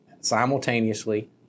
simultaneously